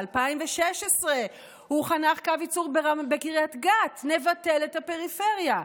ב-2016 הוא חנך קו ייצור בקריית גת: נבטל את הפריפריה.